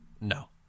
No